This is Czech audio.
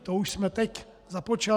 To už jsme teď započali.